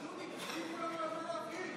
אז דודי, תכתיבו לנו על מה להפגין.